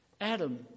Adam